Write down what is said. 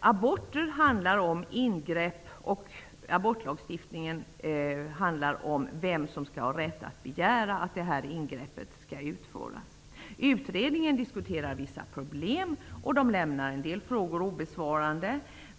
Aborter handlar om ingrepp, och abortlagstiftningen handlar om vem som skall ha rätt att begära att det ingreppet utförs. Utredningen diskuterar vissa problem och lämnar en del frågor obesvarade.